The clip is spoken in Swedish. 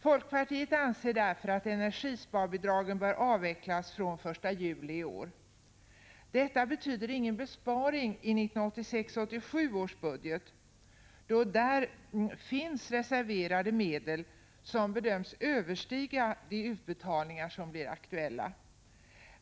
Folkpartiet anser därför att energisparbidragen bör avvecklas från den 1 juli i år. Detta betyder ingen besparing i 1986/87 års budget, då där finns medel reserverade som bedöms överstiga de utbetalningar som blir aktuella.